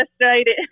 frustrated